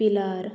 पिलार